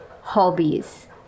hobbies